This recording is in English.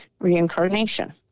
Reincarnation